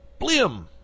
blim